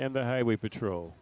and the highway patrol